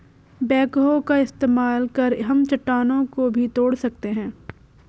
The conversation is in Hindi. बैकहो का इस्तेमाल कर हम चट्टानों को भी तोड़ सकते हैं